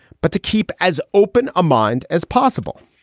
but to keep as open a mind as possible.